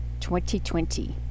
2020